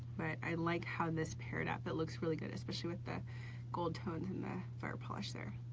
but i like how this peridot that looks really good, especially with the gold-tones and the fire polish there.